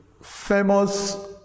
famous